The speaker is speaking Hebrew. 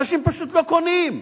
אנשים פשוט לא קונים.